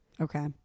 Okay